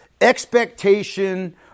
expectation